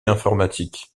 informatiques